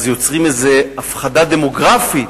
אז יוצרים איזה הפחדה דמוגרפית.